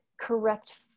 correct